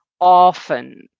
often